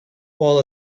while